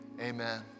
amen